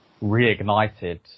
reignited